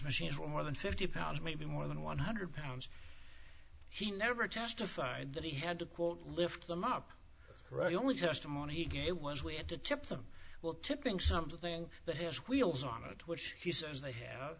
machines were more than fifty pounds maybe more than one hundred pounds he never testified that he had to quote lift them up ready only testimony it was we had to tip them well tipping something that has wheels on it which he says they have